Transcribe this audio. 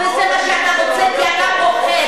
וזה מה שאתה רוצה כי אתה פוחד.